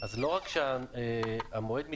לא רק שהמועד מתקצר,